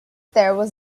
there